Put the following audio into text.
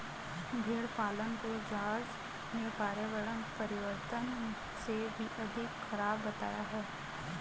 भेड़ पालन को जॉर्ज ने पर्यावरण परिवर्तन से भी अधिक खराब बताया है